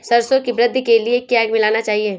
सरसों की वृद्धि के लिए क्या मिलाना चाहिए?